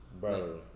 Bro